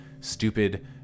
stupid